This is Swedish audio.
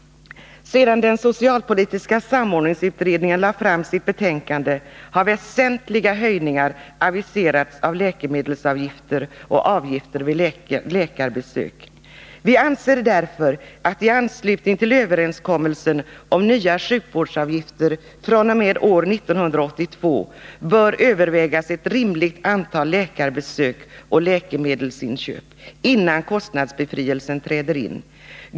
Sedan den socialpolitiska samordningsutredningen lade fram sitt betänkande har väsentliga höjningar aviserats för läkemedelsavgifter och avgifter vid läkarbesök. Vi anser därför att man i anslutning till överenskommelsen om nya sjukvårdsavgifter fr.o.m. år 1982 bör överväga frågan om ett rimligt antal läkarbesök och läkemedelsinköp innan kostnadsbefrielse inträder.